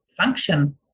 function